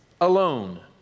alone